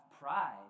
pride